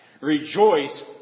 Rejoice